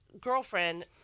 girlfriend